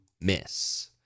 miss